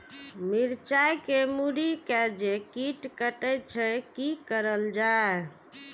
मिरचाय के मुरी के जे कीट कटे छे की करल जाय?